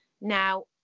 Now